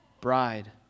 bride